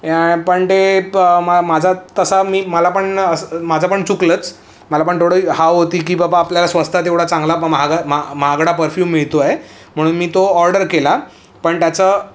पण ते माझा तसा मी मला पण असं माझं पण चुकलंच मला पण थोडं हाव होती की बाबा आपल्याला स्वस्थात एवढा चांगला प महाग मागडा परफ्यूम मिळतोय म्हणून मी तो ऑर्डर केला पण त्याचं